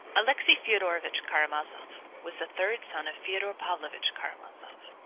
alexey fyodorovitch karamazov was the third son of fyodor pavlovitch karamazov,